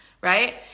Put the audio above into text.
right